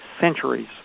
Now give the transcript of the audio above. centuries